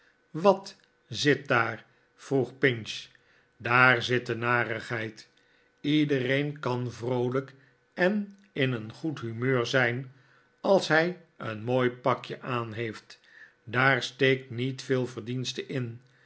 wat zit daar vroeg pinch daar zit de narigheid iedereen kan vroolijk en in een goed humeur zijn als hij een mooi pakje aan heeft daar steekt niet veel verdienste in